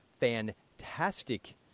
fantastic